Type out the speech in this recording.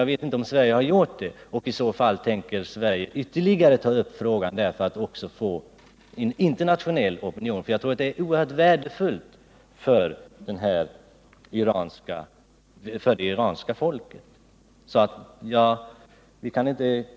Jag känner inte till om Sverige redan har gjort det, men i så fall vill jag fråga om Sverige avser att ytterligare en gång ta upp frågan för att skapa en internationell opinion. Jag tror nämligen att detta skulle vara ytterst värdefullt för det iranska folket.